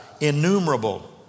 innumerable